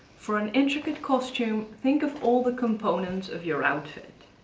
for an intricate costume, think of all the components of your outfit.